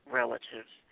relatives